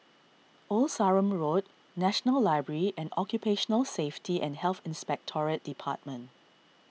Old Sarum Road National Library and Occupational Safety and Health Inspectorate Department